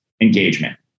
engagement